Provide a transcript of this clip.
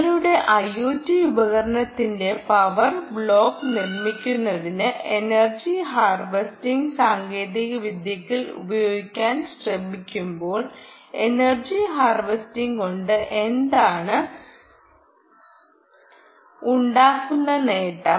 നിങ്ങളുടെ IoT ഉപകരണത്തിന്റെ power block നിർമ്മിക്കുന്നതിന് എനർജി ഹാർവെസ്റ്റിംഗ് സാങ്കേതികവിദ്യകൾ ഉപയോഗിക്കാൻ ശ്രമിക്കുമ്പോൾ എനർജി ഹാർവെസ്റ്റിംഗ് കൊണ്ട് എന്താണ് ഉണ്ടാകുന്ന നേട്ടം